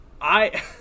I-